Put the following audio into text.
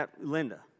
Linda